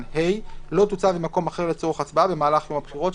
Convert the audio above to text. (ה) לא תוצב במקום אחר לצורך הצבעה במהלך יום הבחירות".